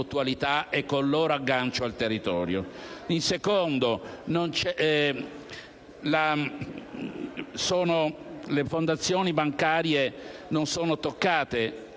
In secondo luogo, le fondazioni bancarie non sono toccate.